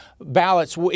ballots